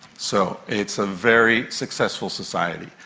so it's a very successful society.